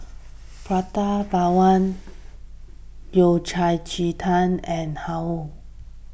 Prata Bawang Yao Cai Ji Tang and Har Kow